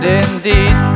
indeed